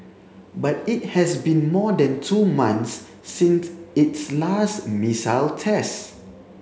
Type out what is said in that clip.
but it has been more than two months since its last missile test